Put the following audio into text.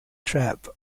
trap